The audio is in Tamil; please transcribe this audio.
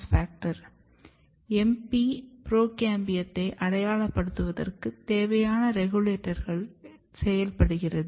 MP புரோகேம்பியத்தை அடையாளப்படுத்துவதற்கு தேவையான ரெகுலேட்டரை செயல்படுத்துகிறது